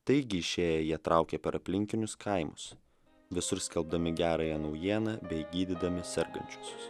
taigi išėję jie traukė per aplinkinius kaimus visur skelbdami gerąją naujieną bei gydydami sergančiuosius